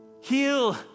heal